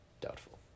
Doubtful